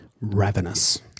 Ravenous